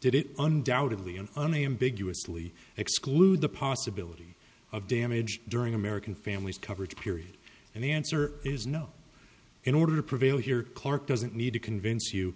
did it undoubtedly and only ambiguously exclude the possibility of damage during american families coverage period and the answer is no in order to prevail here clark doesn't need to convince you